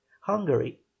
Hungary